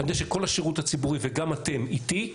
אני יודע שכל השירות הציבורי וגם אתם איתי,